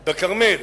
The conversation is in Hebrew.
בכרמל,